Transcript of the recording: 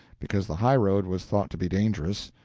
because the highroad was thought to be dangerous,